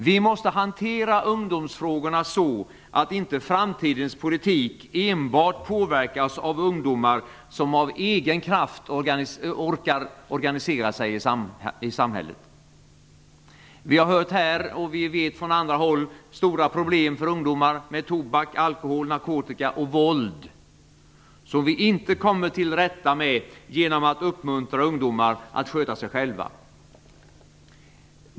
Vi måste hantera ungdomsfrågorna så att inte framtidens politik enbart påverkas av ungdomar som av egen kraft orkar organisera sig i samhället. Vi har hört här och vi vet från andra håll att ungdomar har stora problem med tobak, alkohol, narkotika och våld, som vi inte kommer till rätta med genom att uppmuntra ungdomar att sköta sig själva.